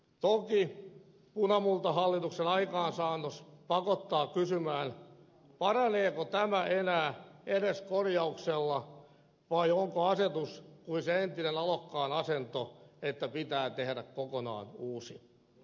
toki punamultahallituksen aikaansaannos pakottaa kysymään paraneeko tämä enää edes korjauksella vai onko asetus kuin se entisen alokkaan asento että pitää tehdä kokonaan uusi